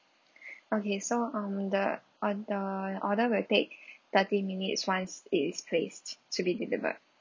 okay so um the or~ the order will take thirty minutes once it is placed to be delivered